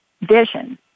vision